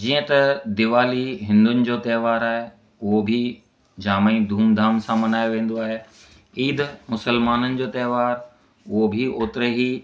जीअं त दीवाली हिंदुनि जो त्योहार आहे उहो बि जाम ई धूमधाम सां मल्हायो वेंदो आहे ईद मुस्लमाननि जो त्योहार उहो बि ओतिरे ही